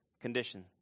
condition